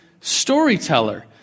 Storyteller